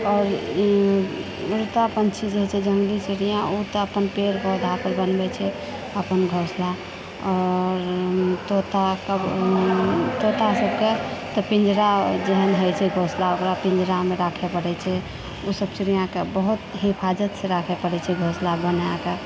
आओर उड़ता पन्छी जे होइत छै जङ्गली चिड़ियाँ ओ तऽ अपन पेड़ पौधा पर बनबै छै अपन घोंसला आओर तोता तोता सभके तँऽपिञ्जरा जेहन होइत छै घोसला ओकरा पिञ्जरामे राखए पड़ैत छै ओसभ चिड़ियाँके बहुत हिफाजतसँ राखए पड़ैत छै घोसला बनाकऽ